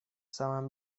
самом